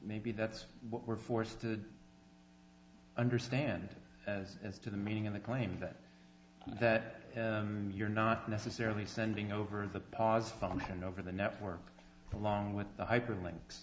maybe that's what we're forced to understand as as to the meaning of the claim that that you're not necessarily spending over the paws on one over the network along with the hyperlinks